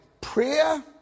prayer